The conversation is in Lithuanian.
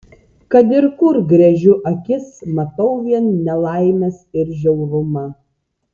kad ir kur gręžiu akis matau vien nelaimes ir žiaurumą